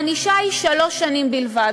הענישה היא שלוש שנים בלבד.